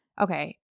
Okay